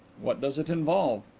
what does it involve?